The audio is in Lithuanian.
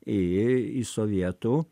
į į sovietų